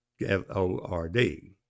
F-O-R-D